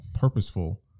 Purposeful